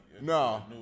no